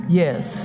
yes